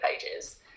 pages